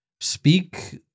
Speak